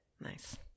Nice